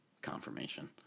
confirmation